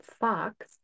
Fox